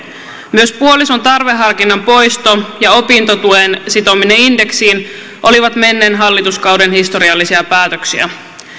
myös puolison tarveharkinnan poisto ja opintotuen sitominen indeksiin olivat menneen hallituskauden historiallisia päätöksiä